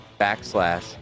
backslash